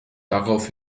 darauf